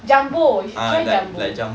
jumbo you should try jumbo